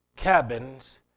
cabins